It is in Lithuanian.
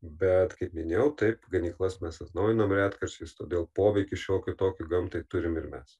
bet kaip minėjau taip ganyklas mes atnaujinam retkarčiais todėl poveikį šiokį tokį gamtai turim ir mes